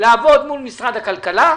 לעבוד מול משרד הכלכלה,